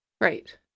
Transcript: Right